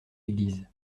église